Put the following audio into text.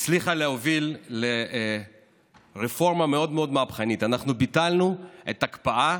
הצלחנו להוביל לרפורמה מאוד מאוד מהפכנית: ביטלנו את ההקפאה